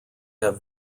have